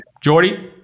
Geordie